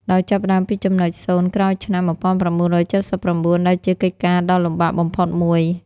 ដោយចាប់ផ្ដើមពីចំណុចសូន្យក្រោយឆ្នាំ ១៩៧៩ ដែលជាកិច្ចការដ៏លំបាកបំផុតមួយ។